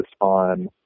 on